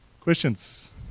Questions